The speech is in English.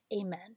Amen